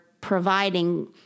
providing